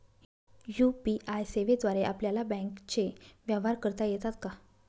UPI सेवेद्वारे आपल्याला बँकचे व्यवहार करता येतात का?